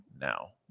now